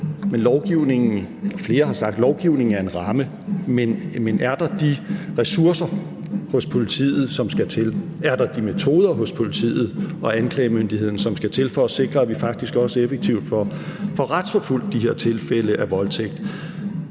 fald flere har sagt, at lovgivningen er en ramme. Men er der de ressourcer hos politiet, som skal til, og er der de metoder hos politiet og anklagemyndigheden, som skal til for at sikre, at vi faktisk også effektivt får retsforfulgt de her tilfælde af voldtægt?